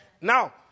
Now